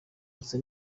gusa